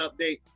update